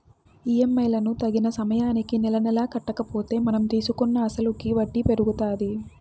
EMI లను తగిన సమయానికి నెలనెలా కట్టకపోతే మనం తీసుకున్న అసలుకి వడ్డీ పెరుగుతాది